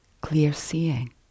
clear-seeing